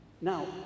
Now